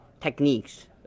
techniques